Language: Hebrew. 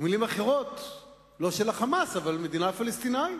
במלים אחרות, לא של ה"חמאס", אבל מדינה פלסטינית.